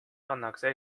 pannakse